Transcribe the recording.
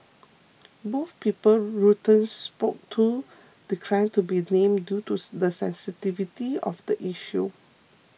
both people Reuters spoke to declined to be named due to the sensitivity of the issue